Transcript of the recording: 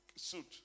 suit